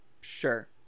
Sure